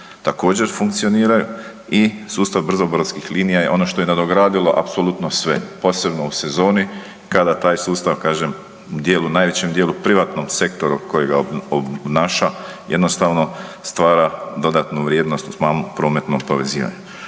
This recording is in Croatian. također funkcioniraju i sustav brzobrodskih linija je ono što je nadogradilo apsolutno sve, posebno u sezoni kada sustav u najvećem dijelu privatnom sektoru koji ga obnaša jednostavno stvara dodatnu vrijednost … prometno povezivanje.